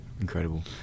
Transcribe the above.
Incredible